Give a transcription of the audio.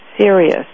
serious